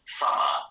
summer